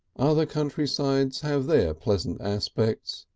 other country-sides have their pleasant aspects,